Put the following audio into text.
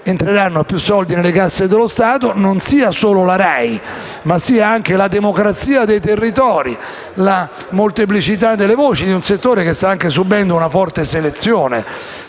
entreranno più soldi nelle casse dello Stato, a goderne non sia solo la RAI ma anche la democrazia dei territori, la molteplicità delle voci, in un settore che sta subendo anche una forte selezione